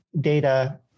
data